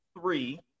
three